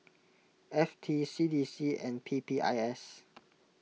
F T C D C and P P I S